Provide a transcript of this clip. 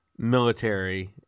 Military